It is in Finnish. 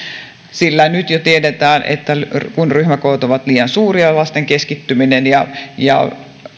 sillä nyt jo tiedetään että kun ryhmäkoot ovat liian suuria lasten keskittyminen ja ja